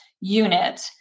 unit